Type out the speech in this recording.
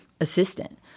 assistant